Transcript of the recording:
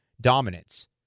dominance